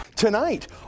Tonight